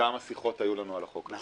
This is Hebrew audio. וכמה שיחות היו לנו על החוק הזה.